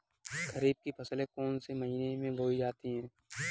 खरीफ की फसल कौन से महीने में बोई जाती है?